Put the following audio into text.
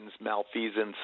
malfeasance